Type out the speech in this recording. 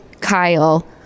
Kyle